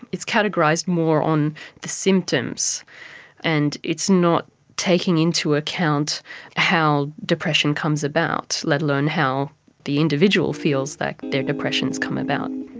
it's categorised more on the symptoms and it's not taking into account how depression comes about, let alone how the individual feels that their depression has come about.